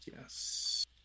Yes